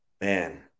Man